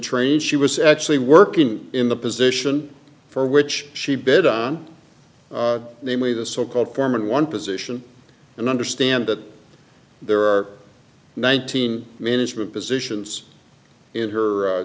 trade she was actually working in the position for which she bid on namely the so called foreman one position and understand that there are nineteen management positions in her